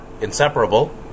inseparable